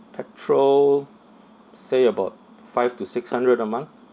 petrol say about five to six hundred a month